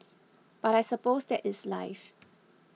but I suppose that is life